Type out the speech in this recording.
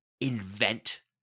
invent